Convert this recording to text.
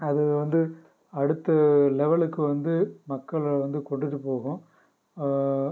அதை வந்து அடுத்த லெவெலுக்கு வந்து மக்களை வந்து கொண்டுவிட்டு போகும்